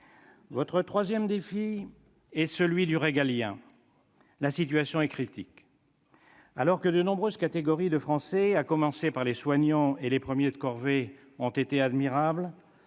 ministre -concerne les missions régaliennes. La situation est critique. Alors que de nombreuses catégories de Français, à commencer par les soignants et les premiers de corvée, ont été admirables,